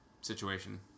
situation